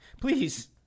Please